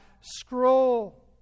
scroll